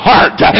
Heart